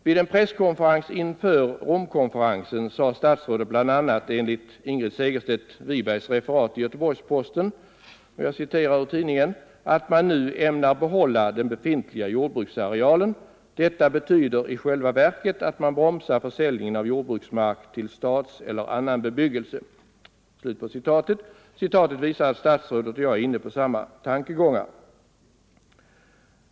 Vid en presskonferens inför Romkonferensen sade statsrådet bl.a. enligt Ingrid Segerstedt-Wibergs referat i Göteborgs-Posten ”att man nu ämnar behålla den befintliga jordbruksarealen. Detta betyder i själva ver ket att man bromsar försäljningen av jordbruksmark till stadseller annan 161 bebyggelse.” Citatet visar att statsrådet och jag är inne på samma tankegångar.